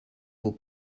will